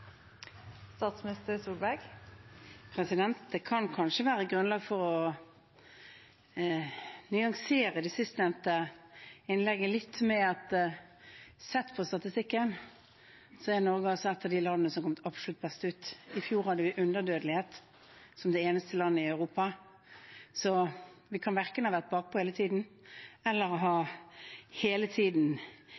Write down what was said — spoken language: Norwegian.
Det kan kanskje være grunnlag for å nyansere det siste innlegget litt: Ut fra statistikken er Norge altså et av de landene som har kommet absolutt best ut. I fjor hadde vi underdødelighet, som det eneste landet i Europa, så vi kan verken ha vært bakpå hele tiden, eller hele tiden ha